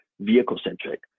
vehicle-centric